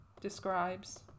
describes